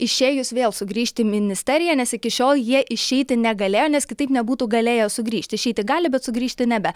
išėjus vėl sugrįžti į ministeriją nes iki šiol jie išeiti negalėjo nes kitaip nebūtų galėję sugrįžti išeiti gali bet sugrįžti nebe